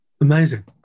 Amazing